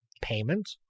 payment